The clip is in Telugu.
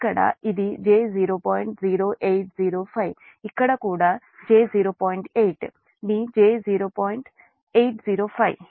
0805 ఇక్కడ కూడా j 0